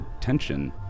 tension